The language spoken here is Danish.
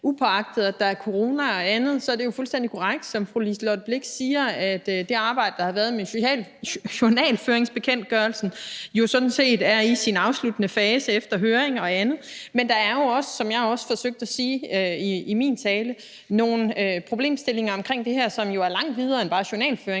at der er corona og andet, er det jo fuldstændig korrekt, som fru Liselott Blixt siger, at det arbejde, der har været med journalføringsbekendtgørelsen, jo sådan set er i sin afsluttende fase efter høring og andet. Men der er jo også, som jeg forsøgte at sige i min tale, nogle problemstillinger omkring det her, som jo går langt videre end til bare journalføring,